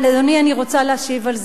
אדוני, אני רוצה להשיב על זה.